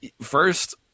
First